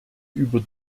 über